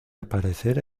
aparecer